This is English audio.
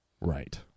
right